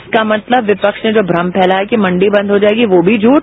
इसका मतलब विपक्ष ने जो भ्रम फैलाया कि मंडी बंद हो जाएगी वो भी झूठ